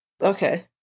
okay